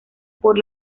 por